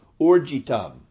Orjitam